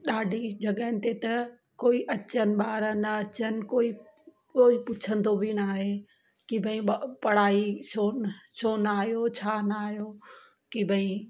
ॾाढी जॻहियुनि ते त कोई अचनि ॿार न अचनि कोई कोई पुछंदो बि न आहे की भई ब पढ़ाई छो न छो न आयो छा न आयो की भई